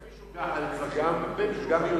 הבעיה שיש הרבה משוגעים.